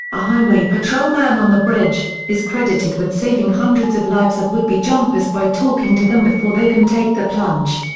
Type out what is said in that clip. a highway patrolman on the bridge, is credited with saving hundreds of lives of would-be jumpers by talking to them before they can take the plunge.